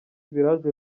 village